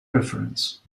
reference